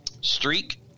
streak